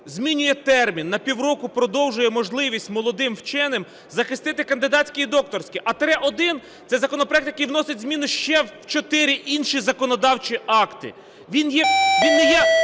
змінює термін, на півроку продовжує можливість молодим вченим захистити кандидатські і докторські, а тире один – це законопроект, який вносить зміни ще в 4 інші законодавчі акти. Він не